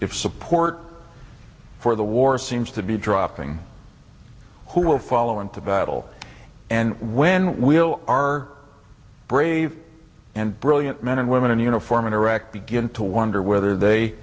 if support for the war seems to be dropping who will follow into battle and when will our brave and brilliant men and women in uniform in iraq begin to wonder whether they